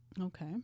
okay